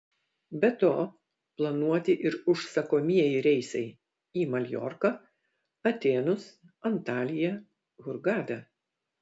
be to planuoti ir užsakomieji reisai į į maljorką atėnus antaliją hurgadą